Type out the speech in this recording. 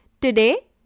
Today